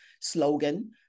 slogan